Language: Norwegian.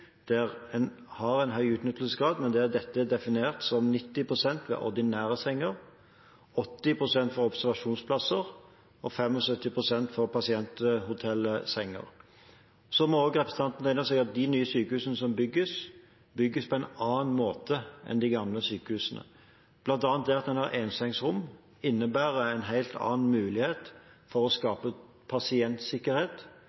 der en har en høy utnyttelsesgrad, men der dette er definert som 90 pst. ved ordinære senger, 80 pst. for observasjonsplasser og 75 pst. for pasienthotellsenger. Representanten Toppe må også ta inn over seg at de nye sykehusene som bygges, bygges på en annen måte enn de gamle sykehusene. Blant annet innebærer det at en har ensengsrom, en helt annen mulighet for å